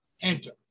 enter